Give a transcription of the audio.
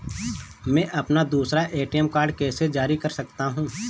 मैं अपना दूसरा ए.टी.एम कार्ड कैसे जारी कर सकता हूँ?